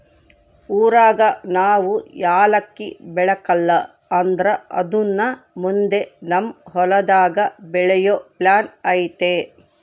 ಊರಾಗ ನಾವು ಯಾಲಕ್ಕಿ ಬೆಳೆಕಲ್ಲ ಆದ್ರ ಅದುನ್ನ ಮುಂದೆ ನಮ್ ಹೊಲದಾಗ ಬೆಳೆಯೋ ಪ್ಲಾನ್ ಐತೆ